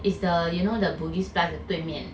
is the you know the bugis plus 的对面